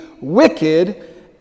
wicked